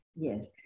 Yes